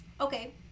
okay